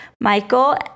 Michael